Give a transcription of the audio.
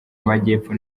majyepfo